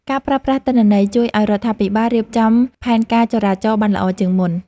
ការប្រើប្រាស់ទិន្នន័យ ជួយឱ្យរដ្ឋាភិបាលរៀបចំផែនការចរាចរណ៍បានល្អជាងមុន។